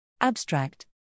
Abstract